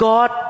God